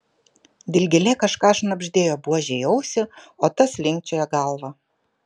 dilgėlė kažką šnabždėjo buožei į ausį o tas linkčiojo galva